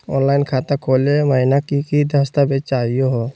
Online खाता खोलै महिना की की दस्तावेज चाहीयो हो?